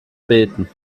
beten